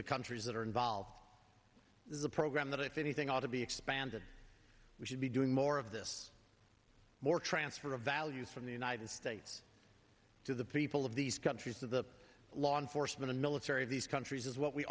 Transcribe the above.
the countries that are involved in the program that if anything ought to be expanded we should be doing more of this more transfer of values from the united states to the people of these countries to the law enforcement and military of these countries is what we